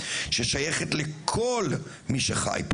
כי ברגע שהחבר'ה האלה יעזבו,